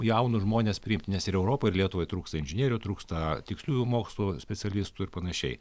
jaunus žmones priimti nes ir europai ir lietuvai trūksta inžinierių trūksta tiksliųjų mokslų specialistų ir panašiai